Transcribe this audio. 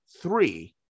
three